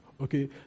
okay